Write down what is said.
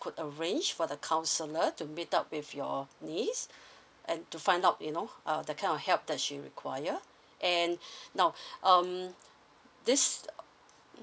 could arrange for the counsellor to meet up with your niece and to find out you know uh the kind of help that she require and no um this uh